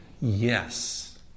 yes